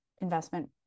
investment